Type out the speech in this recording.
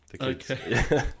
Okay